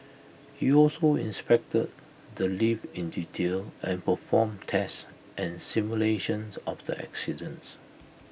he also inspected the lift in detail and performed tests and simulations of the accidents